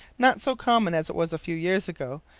not so common as it was a few years ago.